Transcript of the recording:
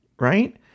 right